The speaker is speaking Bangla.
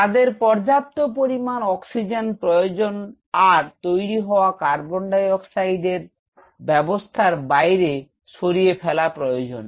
তাদের পর্যাপ্ত পরিমাণ অক্সিজেন প্রয়োজন আর তৈরি হওয়া কার্বন ডাইঅক্সাইড এই ব্যাবস্থার বাইরে সরিয়ে ফেলা প্রয়োজন